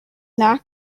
not